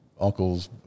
uncles